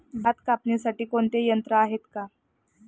भात कापणीसाठी कोणते यंत्र आहेत का?